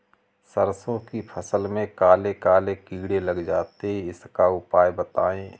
सरसो की फसल में काले काले कीड़े लग जाते इसका उपाय बताएं?